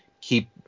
keep